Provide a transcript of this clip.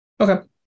Okay